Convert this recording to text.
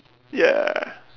ya